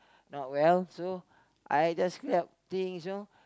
not well so I just help things you know